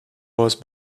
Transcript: was